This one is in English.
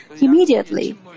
immediately